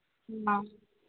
ꯑ